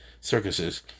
circuses